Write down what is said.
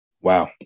Wow